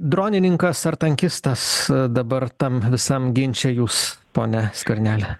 dronininkas ar tankistas dabar tam visam ginče jūs pone skverneli